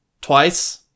Twice